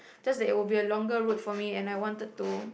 just that I would be a longer route for me and I wanted to